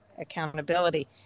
accountability